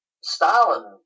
Stalin